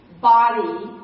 body